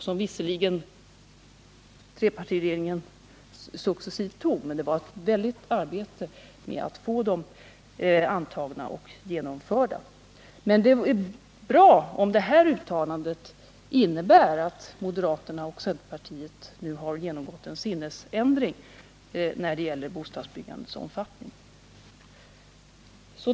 Trepartiregeringen antog visserligen successivt förslagen, men det var svårt att få dem antagna och genomförda. Det är emellertid bra om det här uttalandet innebär att moderaterna och centerpartisterna nu har genomgått en sinnesförändring när det gäller bostadsbyggandets omfattning.